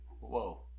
Whoa